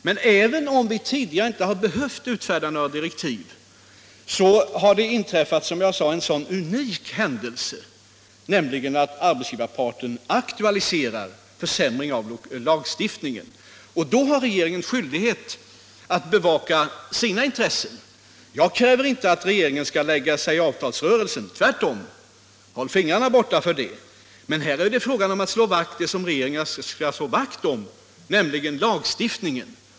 Men även om vi tidigare inte har behövt utfärda några direktiv har det nu inträffat en sådan unik händelse, nämligen att arbetsgivarparten aktualiserar försämring av lagstiftningen. Jag kräver inte att regeringen skall lägga sig i avtalsrörelsen — tvärtom, håll fingrarna borta från den! Men här är det fråga om det som regeringen skall slå vakt om, nämligen lagstiftningen.